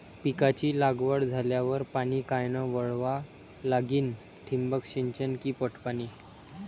पिकाची लागवड झाल्यावर पाणी कायनं वळवा लागीन? ठिबक सिंचन की पट पाणी?